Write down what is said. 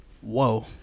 Whoa